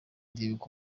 ndibuka